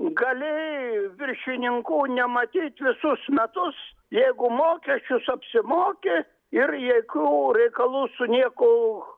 gali viršininkų nematyt visus metus jeigu mokesčius apsimokė ir jeikių reikalų su nieko